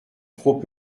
trop